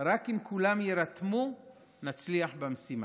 רק אם כולם יירתמו נצליח במשימה.